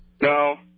No